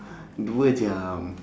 dua jam